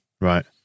right